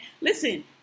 listen